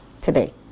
today